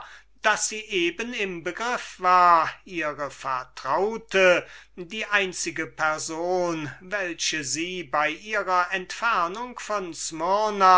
daß sie eben im begriff war ihre vertraute die einzige person welche sie bei ihrer entfernung von